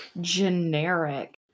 generic